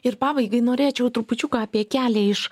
ir pabaigai norėčiau trupučiuką apie kelią iš